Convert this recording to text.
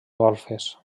golfes